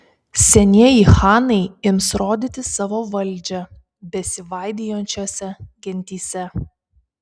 senieji chanai ims rodyti savo valdžią besivaidijančiose gentyse